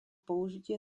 použitie